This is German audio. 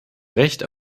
recht